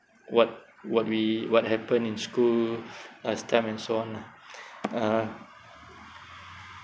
what what we what happen in school last time and so on lah uh